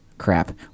crap